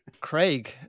Craig